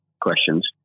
questions